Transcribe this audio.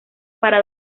para